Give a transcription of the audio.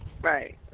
Right